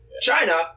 China